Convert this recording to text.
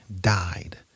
died